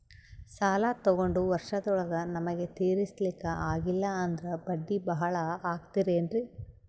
ಸಾಲ ತೊಗೊಂಡು ವರ್ಷದೋಳಗ ನಮಗೆ ತೀರಿಸ್ಲಿಕಾ ಆಗಿಲ್ಲಾ ಅಂದ್ರ ಬಡ್ಡಿ ಬಹಳಾ ಆಗತಿರೆನ್ರಿ?